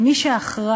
כי מי שאחראי,